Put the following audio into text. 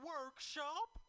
workshop